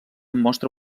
mostra